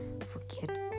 forget